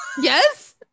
yes